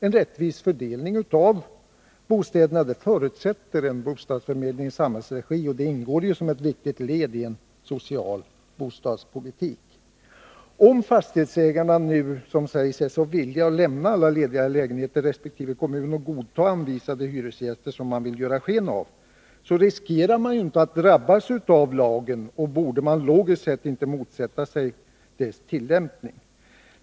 En rättvis fördelning av bostäder förutsätter en bostadsförmedling i samhällets regi och ingår som ett viktigt led i en social bostadspolitik. Om fastighetsägarna skulle vara så villiga att lämna alla lediga lägenheter och kommunerna så villiga att godta anvisade hyresgäster som man vill ge sken av, riskerar man ju inte att drabbas av lagen, och då borde man logiskt sett inte motsätta sig dess tillämpning.